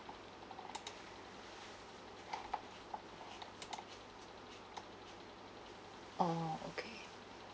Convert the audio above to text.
orh okay